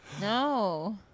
No